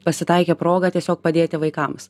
pasitaikė proga tiesiog padėti vaikams